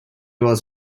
was